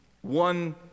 one